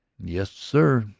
yes, sir,